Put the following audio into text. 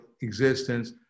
existence